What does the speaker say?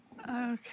Okay